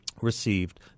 received